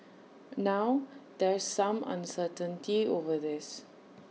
now there's some uncertainty over this